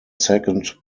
second